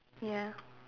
ya